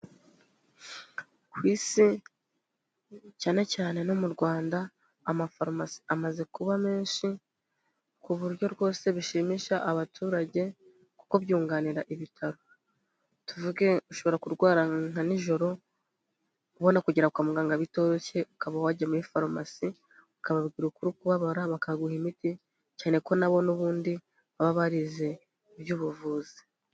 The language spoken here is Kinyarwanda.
Ku isi cyane cyane no mu Rwanda, ama farumasi amaze kuba menshi, ku buryo rwose bishimisha abaturage, kuko byunganira ibitaro. Tuvuge ushobora kurwara nka nijoro, ubona kugera kwa muganga bitoroshye, ukaba wajya muri farumasi ukababwira uko uri kubabara bakaguha imiti, cyane ko na bo n'ubundi baba barize iby'ubuvuzi.